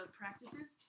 practices